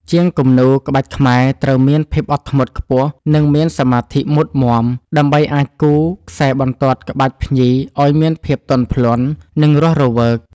ជាងគំនូរក្បាច់ខ្មែរត្រូវមានភាពអត់ធ្មត់ខ្ពស់ និងមានសមាធិមុតមាំ ដើម្បីអាចគូរខ្សែបន្ទាត់ក្បាច់ភ្ញីឱ្យមានភាពទន់ភ្លន់ និងរស់រវើក។